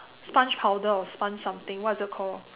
sponge powder or sponge something what is it called